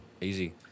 easy